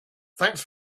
thanks